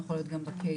יכול להיות גם בקהילה,